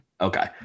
Okay